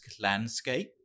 landscape